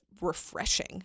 refreshing